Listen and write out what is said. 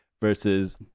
versus